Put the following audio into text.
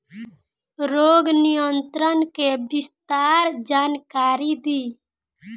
रोग नियंत्रण के विस्तार जानकारी दी?